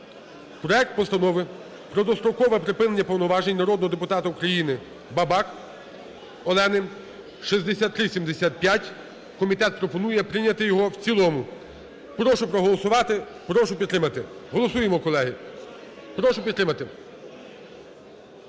проект Постанови про дострокове припинення повноважень народного депутата України Бабак Альони (6375). Комітет пропонує прийняти його в цілому. Прошу проголосувати, прошу підтримати. Голосуємо, колеги, прошу підтримати.